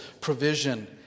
provision